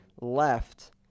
Left